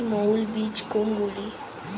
মৌল বীজ কোনগুলি?